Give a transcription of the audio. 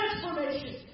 transformation